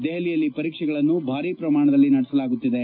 ದೆಹಲಿಯಲ್ಲಿ ಪರೀಕ್ಷೆಗಳನ್ನು ಭಾರಿ ಪ್ರಮಾಣದಲ್ಲಿ ನಡೆಸಲಾಗುತ್ತಿದೆ